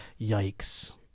yikes